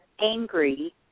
angry